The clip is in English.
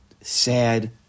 sad